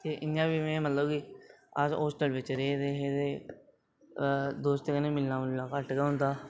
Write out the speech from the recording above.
ते इयां बी में मतलब कि अस होस्टल बिच रेह्दे ते दोस्तें कन्नै मिलना मुलना घट्ट गै होंदा